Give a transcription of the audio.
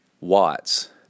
watts